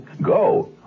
Go